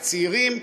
הצעירים,